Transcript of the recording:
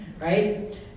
right